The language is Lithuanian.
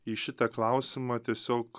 į šitą klausimą tiesiog